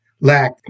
lack